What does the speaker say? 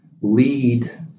lead